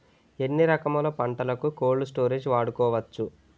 ఎన్ని రకములు పంటలకు కోల్డ్ స్టోరేజ్ వాడుకోవచ్చు?